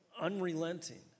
unrelenting